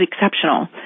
exceptional